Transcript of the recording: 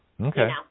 Okay